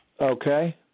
Okay